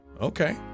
Okay